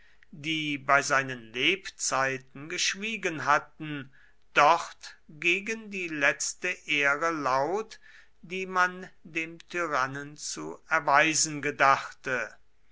die bei seinen lebzeiten geschwiegen hatten dort gegen die letzte ehre laut die man dem tyrannen zu erweisen gedachte